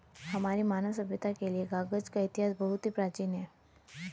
हमारी मानव सभ्यता के लिए कागज का इतिहास बहुत ही प्राचीन है